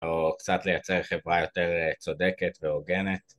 או קצת לייצר חברה יותר צודקת והוגנת